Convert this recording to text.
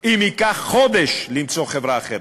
אם ייקח חודש למצוא חברה אחרת.